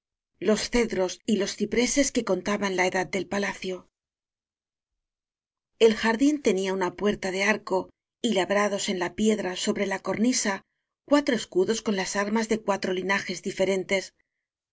los cedros y los cipreses que contaban la edad del palacio el jardín tenía una puerta de arco y labrados en la piedra sobre la corni sa cuatro escudos con las armas de cuatro linajes diferentes